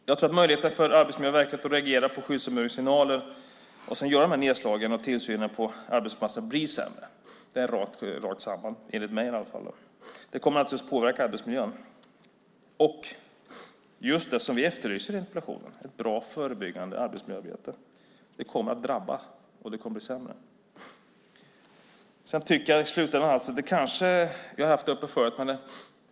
Jag tror att möjligheten blir sämre för Arbetsmiljöverket att reagera på signaler från de skyddsombud som gör nedslagen och tillsynen på arbetsplatsen. Det är ett rakt samband, enligt mig. Det kommer att påverka arbetsmiljön och just det som jag efterlyser i interpellationen, ett bra förebyggande arbetsmiljöarbete. Det kommer att drabba, och det kommer att bli sämre. I slutändan tycker jag att vi ska ta upp en fråga som vi har haft uppe förut.